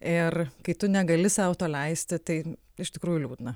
ir kai tu negali sau to leisti tai iš tikrųjų liūdna